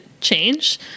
change